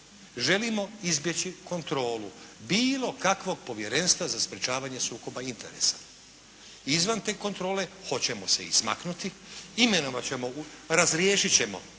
želimo izbjeći kontrolu, bilo kakvog povjerenstva za sprječavanje sukoba interesa, izvan te kontrole hoćemo se izmaknuti, imenovat ćemo, razriješit ćemo